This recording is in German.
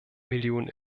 millionen